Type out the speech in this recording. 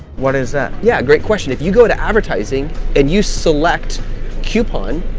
what is that? yeah, great question. if you go to advertising and you select coupon,